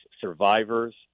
survivors